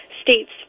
states